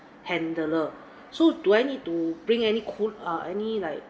handler so do I need to bring any cool~ err any like